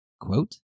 quote